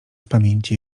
pamięci